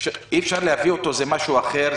אי אפשר להביא אותו, זה משהו אחר.